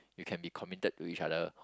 you can be to committed to each other